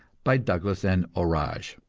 by douglas and orage.